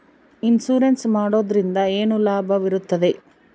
Insurance ಮಾಡೋದ್ರಿಂದ ಏನು ಲಾಭವಿರುತ್ತದೆ?